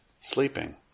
sleeping